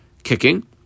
Kicking